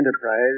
enterprise